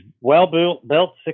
well-built